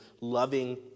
loving